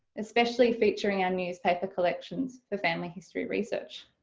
especially featuring our newspaper collections for family history research.